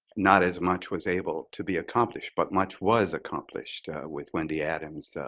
not as much was able to be accomplished but much was accomplished with wendy adams